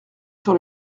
sur